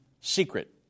secret